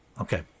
okay